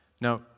Now